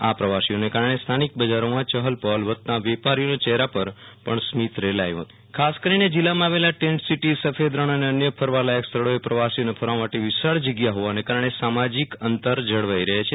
આ પ્રવાસીઓને કારણે સ્થાનિક બજારોમાં ચહલ પહલ વધતા વેપારીઓના ચેહરા પર પણ સ્મિત રેલાયુ હતું ખાસ કરીને જિલ્લામાં આવેલા ટેન્ટ સીટી સફેદ રણ અને અન્ય ફરવા લાયક સ્થળોએ પ્રવાસીઓને ફરવા માટે વિશાળ જગ્યા હોવાને કારણે સામાજીક અંતર જળવાઈ રહે છે